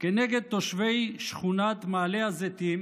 כנגד תושבי שכונת מעלה הזיתים